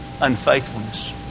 unfaithfulness